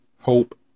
hope